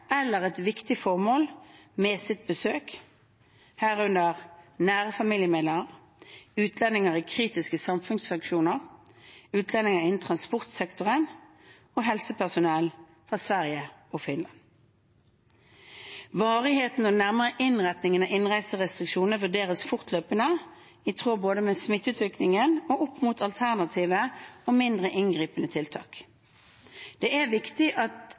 eller et viktig formål med sitt besøk, herunder nære familiemedlemmer, utlendinger i kritiske samfunnsfunksjoner, utlendinger innen transportsektoren og helsepersonell fra Sverige og Finland. Varigheten og den nærmere innretningen av innreiserestriksjonene vurderes fortløpende både i tråd med smitteutviklingen og opp mot alternative og mindre inngripende tiltak. Det er viktig at